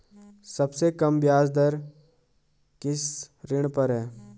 सबसे कम ब्याज दर किस ऋण पर है?